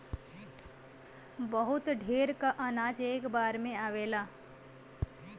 बहुत ढेर क अनाज एक बार में आवेला